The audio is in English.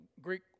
Greek